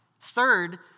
Third